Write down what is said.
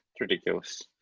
ridiculous